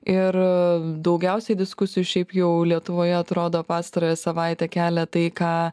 ir daugiausiai diskusijų šiaip jau lietuvoje atrodo pastarąją savaitę kelia tai ką